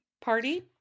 party